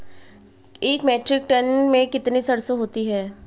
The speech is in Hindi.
एक मीट्रिक टन में कितनी सरसों होती है?